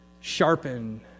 sharpen